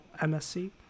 msc